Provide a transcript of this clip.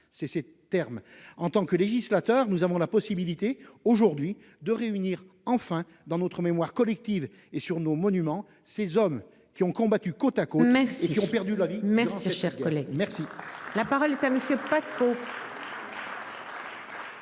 en tant que législateurs, nous avons la possibilité aujourd'hui de réunir enfin dans notre mémoire collective et sur nos monuments, ces hommes qui ont combattu côte à côte mais et qui ont perdu la vie. Cher. Merci la parole est à monsieur.